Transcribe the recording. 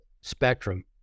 spectrum